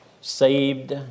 saved